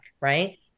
right